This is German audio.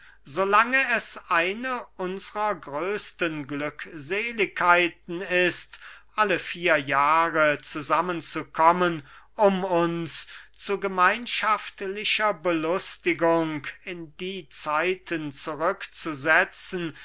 lange es eine unsrer größten glückseligkeiten ist alle vier jahre zusammen zu kommen um uns zu gemeinschaftlicher belustigung in die zeiten